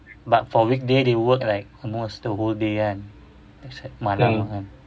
but for weekday they work like almost the whole day kan except malam ah kan